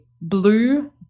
blue